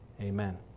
Amen